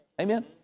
Amen